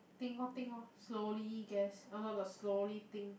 think lor think lor slowly guess oh no the slowly think